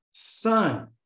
son